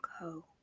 go